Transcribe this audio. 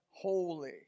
Holy